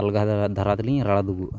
ᱟᱞᱜᱟ ᱫᱷᱟᱨᱟ ᱛᱮᱞᱤᱝ ᱨᱟᱲᱟ ᱫᱩᱜᱩᱜᱼᱟ